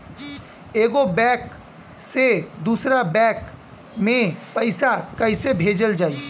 एगो बैक से दूसरा बैक मे पैसा कइसे भेजल जाई?